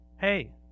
Hey